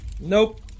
Nope